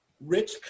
rich